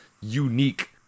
unique